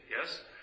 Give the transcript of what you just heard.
Yes